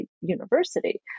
university